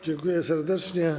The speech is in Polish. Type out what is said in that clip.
Dziękuję serdecznie.